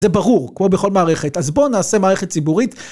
זה ברור, כמו בכל מערכת. אז בואו נעשה מערכת ציבורית.